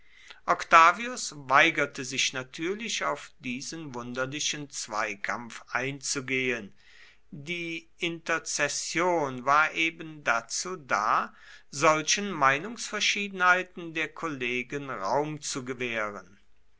octavius weigerte sich natürlich auf diesen wunderlichen zweikampf einzugehen die interzession war eben dazu da solchen meinungsverschiedenheiten der kollegen raum zu gewähren